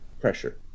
pressure